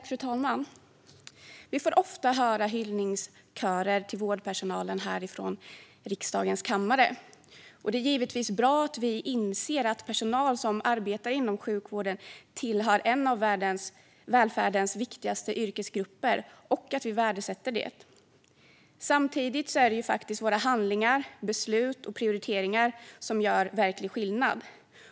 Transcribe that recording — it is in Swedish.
Fru talman! Vi får ofta höra hyllningskörer till vårdpersonalen härifrån riksdagens kammare. Det är givetvis bra att vi inser att personal som arbetar inom sjukvården tillhör en av välfärdens viktigaste yrkesgrupper och att vi värdesätter det. Samtidigt är det faktiskt våra handlingar, beslut och prioriteringar som gör verklig skillnad.